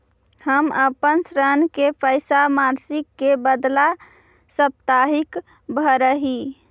हम अपन ऋण के पैसा मासिक के बदला साप्ताहिक भरअ ही